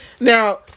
Now